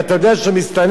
ואתה יודע שהוא מסתנן,